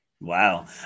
Wow